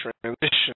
transition